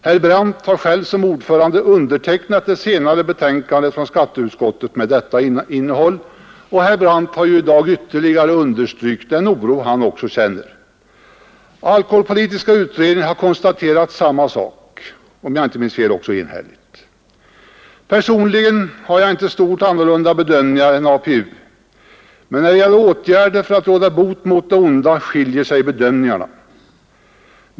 Herr Brandt har själv såsom ordförande undertecknat det senaste betänkandet från skatteutskottet med detta innehåll. Herr Brandt har i dag ytterligare understrukit den oro han känner. Alkoholpolitiska utredningen har — enhälligt, om jag inte minns fel — konstaterat samma sak. Personligen har jag inte stort annorlunda bedömningar än APU, men när det gäller åtgärder för att råda bot på det onda skiljer sig bedömningarna.